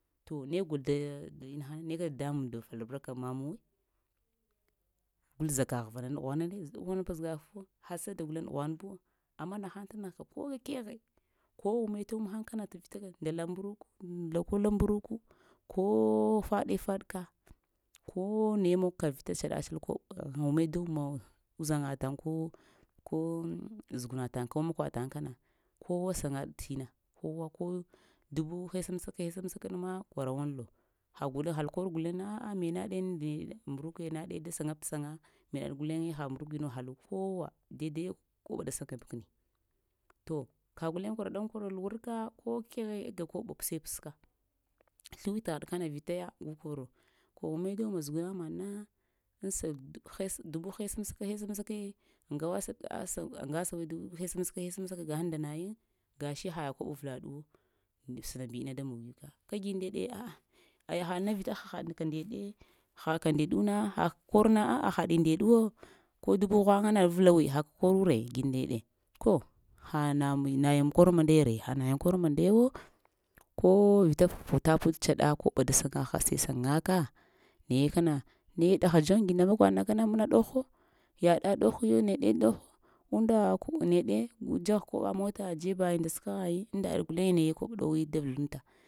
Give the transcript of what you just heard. To negh inaha ne ka dadambuŋ dof albarka aŋ mamuwi gul zakaghva ɗughwana ne ɗughwan bu, hassada gulen ɗughwan buwo amma nahaŋ ko keghe, ko umme te wummaheŋ kana tə vita nda la mburuku, lakol mburuku, ko faɗe-faɗ-ka ko nuwe mogka vita tsaɗa-tsal koɓ aghŋ umme da umma, uzaŋataŋ ko zug una taŋ, ko makwa taŋ, kana kowa saŋaɗ tina kowa ko dubu hesamsake, hesamsakaɗ ma kwarawaŋlo, ha-hal kwor guleŋna a'a mena ɗe ndiɗa mburukina ɗe eh da seŋabta saŋa, meɗaɗ guleŋe ha mburukinwo haɗu kowa dai-daiya koɓa da saŋeb kəni to kəgh gulen kwaraɗan-kwaral wurka, ko keghe ga koɓo pəse-pəska, sləwitghaɗ kana vitaya koro, ko wumme da umma zuguna maɗna aŋsa dub-hesa, dubu hesamsaka hesamsaka kəɗi gawa aŋgasa dubu hasamsaka-hesamsaka gahen nda yayiŋ gashi ha koɓ avlaɗu, sənaŋbi inna da moniyu ka, kagi ndeɗe ɗa aya haɗna vita haɗka ndeɗe, haka ndeɗuna haka korna a'a haɗi ndeɗuwa ko dubu ghwaŋa na vəlawaŋ haka koru re gi ndeɗe, ko ha namu, nayiŋ kur man-ndaya re, ha nayiŋ kor man-ndayawo, ko vita puta-putal tsaɗ koɓa da saŋaghka sai səŋaka naye kana naye ɗaha dzoŋ gi nda makwaɗna məna ɗoho, yaɗa ɗohyo neɗe ɗoho unnda koɓo neɗe gu dzagha koɓa mota dzebayiŋ nda səkaghayiŋ undaɗ guleŋe koɓ ɗowi da vəlanta.